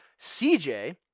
CJ